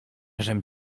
żem